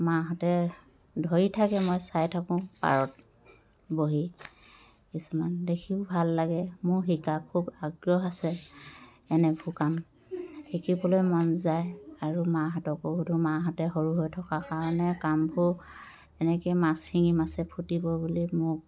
মাহঁতে ধৰি থাকে মই চাই থাকোঁ পাৰত বহি কিছুমান দেখিও ভাল লাগে মোৰ শিকা খুব আগ্ৰহ আছে এনেবোৰ কাম শিকিবলৈ মন যায় আৰু মাহঁতকো সোধোঁ মাহঁতে সৰু হৈ থকা কাৰণে কামবোৰ এনেকৈ মাছ শিঙি মাছে ফুটিব বুলি মোক